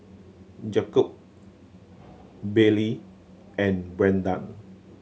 Jakob Baylee and Brandan